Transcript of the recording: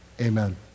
amen